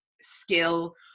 skill